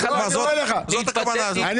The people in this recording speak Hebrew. זאת הכוונה שלכם.